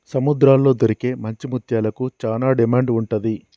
సముద్రాల్లో దొరికే మంచి ముత్యాలకు చానా డిమాండ్ ఉంటది